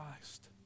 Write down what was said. Christ